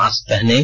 mask पहनें